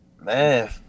Man